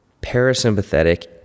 parasympathetic